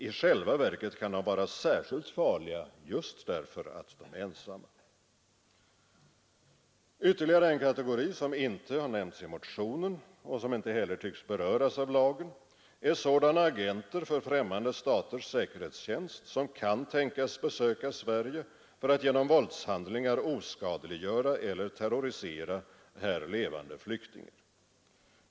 I själva verket kan de vara särskilt farliga just därför att de är ensamma. Ytterligare en kategori, som inte har nämnts i motionen och som inte heller tycks beröras av lagen, är sådana agenter för främmande staters säkerhetstjänst som kan tänkas besöka Sverige för att genom våldshandlingar oskadliggöra eller terrorisera här levande flyktingar.